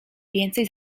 więcej